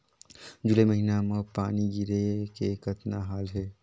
जुलाई महीना म पानी गिरे के कतना हाल हे?